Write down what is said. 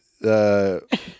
the-